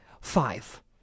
Five